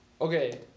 Okay